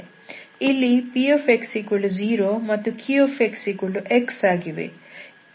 ಇಲ್ಲಿ px0 ಮತ್ತು qxx ಆಗಿವೆ